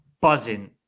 buzzing